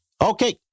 Okay